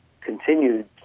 continued